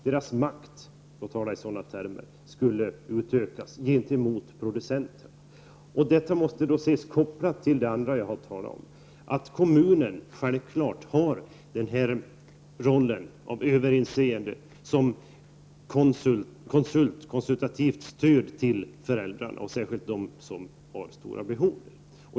Deras makt -- för att tala i sådana termer -- skulle ökas gentemot producenterna. Detta måste ses i samband med det andra som jag har talat om, nämligen att kommunerna självfallet har rollen att vara överinseende, att ge konsultativt stöd till föräldrarna, och särskilt till dem som har stora behov.